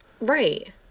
Right